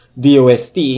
DOST